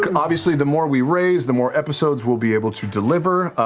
obviously the more we raise, the more episodes we'll be able to deliver.